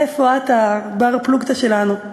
איפה את בת-הפלוגתא שלנו?